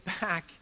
back